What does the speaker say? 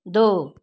दो